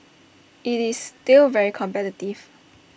IT is still very competitive